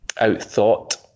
out-thought